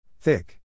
Thick